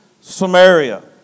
Samaria